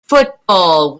football